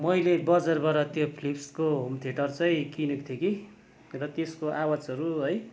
मैले बजारबाट त्यो फिलिप्सको होम थिएटर चाहिँ किनेको थिएँ कि र त्यसको आवाजहरू है